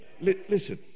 Listen